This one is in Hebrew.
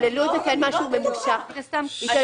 התעללות זה כן משהו ממושך --- רגע.